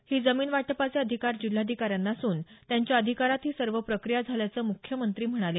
ही जमीन वाटपाचे अधिकार जिल्हाधिकाऱ्यांना असून त्यांच्या अधिकारात ही सर्व प्रक्रिया झाल्याचं मुख्यमंत्री म्हणाले